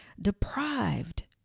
deprived